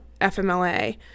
FMLA